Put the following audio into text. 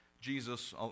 Jesus